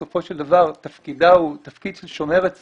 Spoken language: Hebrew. בסופו של דבר תפקידה הוא תפקיד של שומרת סף,